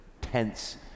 tense